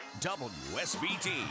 WSBT